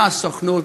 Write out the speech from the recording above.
מהסוכנות,